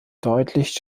deutlich